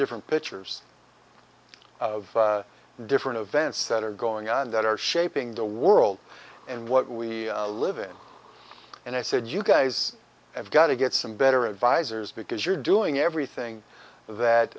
different pitchers of different events that are going on that are shaping the world and what we live in and i said you guys have got to get some better advisors because you're doing everything that